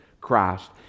Christ